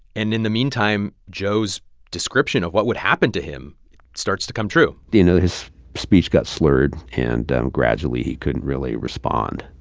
and in the meantime, joe's description of what would happen to him starts to come true you know, his speech got slurred. and gradually, he couldn't really respond.